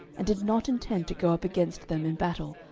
and did not intend to go up against them in battle,